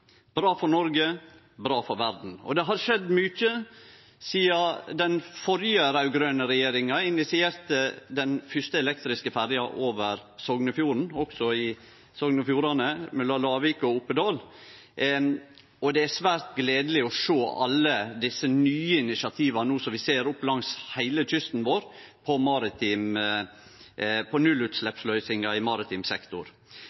bra for Noreg og bra for verda. Det har skjedd mykje sidan den førre raud-grøne regjeringa initierte den fyrste elektriske ferja over Sognefjorden – også i Sogn og Fjordane, mellom Lavik og Oppedal – og det er svært gledeleg å sjå alle desse nye initiativa som vi no ser langs heile kysten vår, på nullutsleppsløysingar i maritim